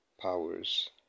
powers